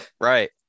Right